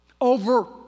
Over